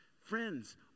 Friends